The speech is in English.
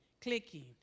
clicking